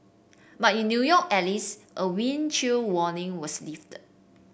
but in New York at least a wind chill warning was lifted